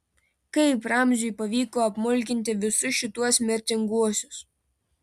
kaip ramziui pavyko apmulkinti visus šituos mirtinguosius